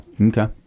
Okay